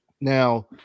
Now